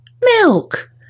milk